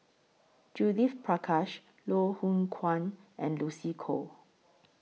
Judith Prakash Loh Hoong Kwan and Lucy Koh